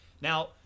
Now